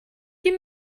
you